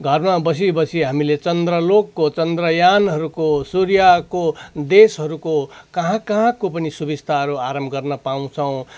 घरमा बसी बसी हामीले चन्द्रलोकको चन्द्रयानहरूको सूर्यको देशहरूको कहाँ कहाँको पनि सुविस्ताहरू आराम गर्न पाउँछौँ